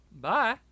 Bye